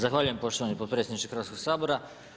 Zahvaljujem poštovani potpredsjedniče Hrvatskog sabora.